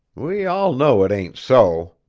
we all know it ain't so.